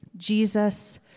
Jesus